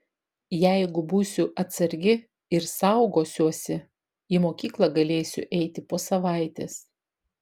jeigu būsiu atsargi ir saugosiuosi į mokyklą galėsiu eiti po savaitės